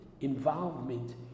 involvement